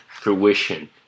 fruition